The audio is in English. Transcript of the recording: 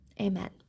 Amen